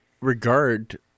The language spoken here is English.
regard